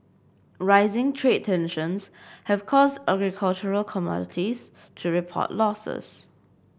rising trade tensions have caused agricultural commodities to report losses